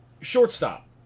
shortstop